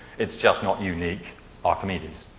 it's just not unique archimedes.